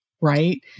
right